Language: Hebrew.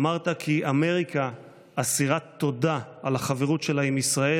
אמרת כי אמריקה אסירת תודה על החברות שלה עם ישראל.